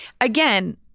again